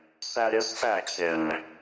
Satisfaction